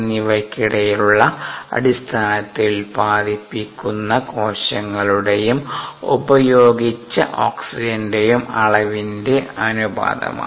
എന്നിവയ്ക്കിടയിലുള്ള അടിസ്ഥാനത്തിൽ ഉത്പാദിപ്പിക്കുന്ന കോശങ്ങളുടെയും ഉപയോഗിച്ച ഓക്സിജെൻറെയും അളവിന്റെ അനുപാതമാണ്